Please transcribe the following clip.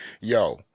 yo